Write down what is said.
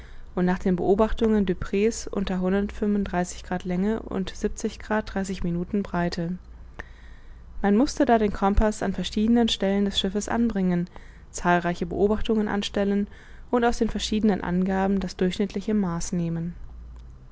und nach den beobachtungen duperrey's unter grad länger und minuten breite man mußte da den compaß an verschiedenen stellen des schiffes anbringen zahlreiche beobachtungen anstellen und aus den verschiedenen angaben das durchschnittliche maß nehmen